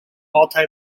multi